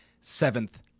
seventh